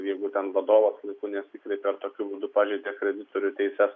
jeigu ten vadovas laiku nesikreipė ir tokiu būdu pažeidė kreditorių teises